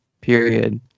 Period